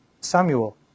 Samuel